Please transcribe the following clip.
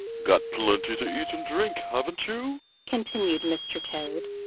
got plenty to eat and drink, haven't you? continued mr. toad.